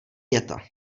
věta